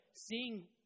seeing